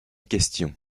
question